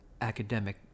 academic